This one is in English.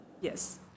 yes